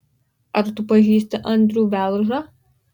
ar tu pažįsti andrių velžą